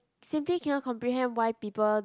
simply cannot comprehend why people